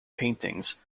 paintings